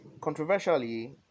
controversially